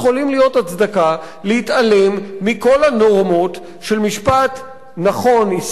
הצדקה להתעלמות מכל הנורמות של משפט נכון ישראלי,